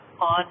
on